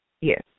Yes